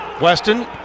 Weston